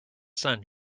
sun